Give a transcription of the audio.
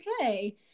okay